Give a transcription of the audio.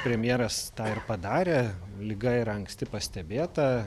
premjeras tą ir padarė liga yra anksti pastebėta